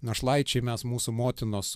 našlaičiai mes mūsų motinos